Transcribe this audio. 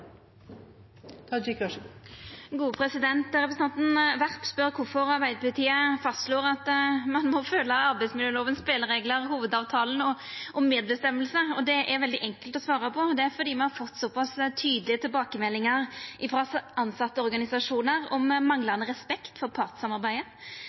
Representanten Werp spør kvifor Arbeidarpartiet fastslår at ein må følgja spelereglane i arbeidsmiljølova og Hovudavtalen om medverknad. Det er veldig enkelt å svara på. Det er fordi me har fått såpass tydelege tilbakemeldingar